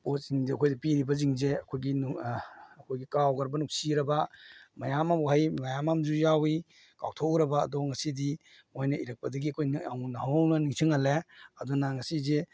ꯄꯣꯠꯁꯤꯡꯗꯨ ꯑꯩꯈꯣꯏꯗ ꯄꯤꯔꯤꯕꯁꯤꯡꯁꯦ ꯑꯩꯈꯣꯏꯒꯤ ꯑꯩꯈꯣꯏꯒꯤ ꯀꯥꯎꯒ꯭ꯔꯥꯕ ꯅꯨꯡꯁꯤꯔꯕ ꯃꯌꯥꯝ ꯑꯃ ꯋꯥꯍꯩ ꯃꯌꯥꯝ ꯑꯃꯁꯨ ꯌꯥꯎꯏ ꯀꯥꯎꯊꯣꯛꯎꯔꯕ ꯑꯗꯣ ꯉꯁꯤꯗꯤ ꯃꯣꯏꯅ ꯏꯔꯛꯄꯗꯒꯤ ꯑꯩꯈꯣꯏꯅ ꯑꯃꯨꯛ ꯅꯧꯍꯧꯅꯅ ꯅꯤꯡꯁꯤꯡꯍꯜꯂꯦ ꯑꯗꯨꯅ ꯉꯁꯤꯁꯦ